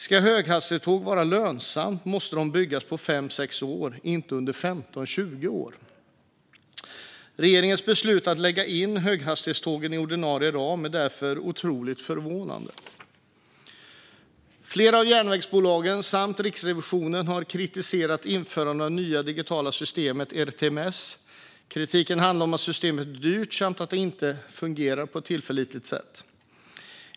Ska höghastighetståg vara lönsamma måste de byggas på 5-6 år, inte under 15-20 år. Regeringens beslut att lägga in höghastighetstågen i ordinarie ram är därför otroligt förvånande. Flera av järnvägsbolagen samt Riksrevisionen har kritiserat införandet av det nya digitala systemet ERTMS. Kritiken handlar om att systemet är dyrt och att det inte fungerar på ett tillförlitligt sätt.